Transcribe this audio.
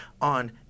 on